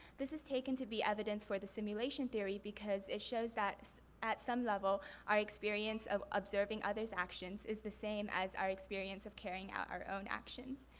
this has taken to be evidence for the simulation theory because it shows that at some level our experience of observing other's actions is the same as our experience of carrying out our own actions.